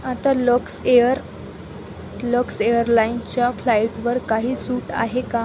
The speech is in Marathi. आता लक्सएअर लक्स एअरलाईनच्या फ्लाइटवर काही सूट आहे का